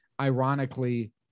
ironically